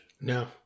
No